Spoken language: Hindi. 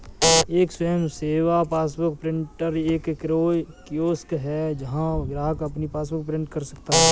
एक स्वयं सेवा पासबुक प्रिंटर एक कियोस्क है जहां ग्राहक अपनी पासबुक प्रिंट कर सकता है